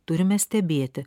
turime stebėti